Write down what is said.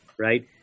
right